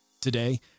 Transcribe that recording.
Today